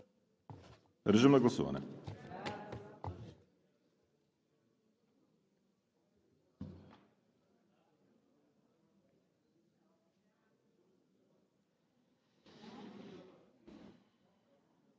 Режим на гласуване.